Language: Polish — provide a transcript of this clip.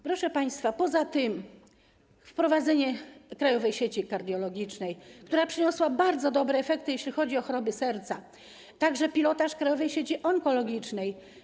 Proszę państwa, poza tym wprowadziliśmy Krajową Sieć Kardiologiczną, która przyniosła bardzo dobre efekty, jeśli chodzi o choroby serca, a także pilotaż Krajowej Sieci Onkologicznej.